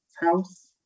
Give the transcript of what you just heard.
house